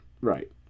Right